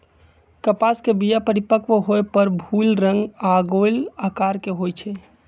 कपास के बीया परिपक्व होय पर भूइल रंग आऽ गोल अकार के होइ छइ